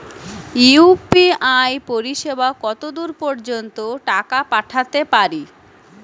UPI পরিসেবা কতদূর পর্জন্ত টাকা পাঠাতে পারি?